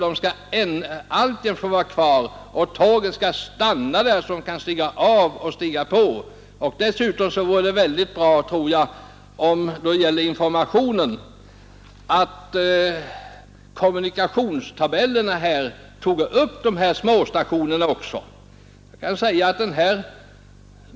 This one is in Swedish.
Dessutom tror jag att det vore bra, om tågtidtabellen tog upp även dessa små stationer.